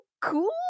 cool